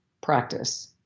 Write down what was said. practice